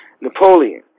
Napoleon